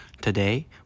Today